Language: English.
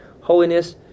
holiness